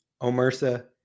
Omersa